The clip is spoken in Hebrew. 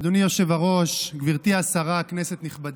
אדוני היושב-ראש, גברתי השרה, כנסת נכבדה,